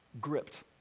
gripped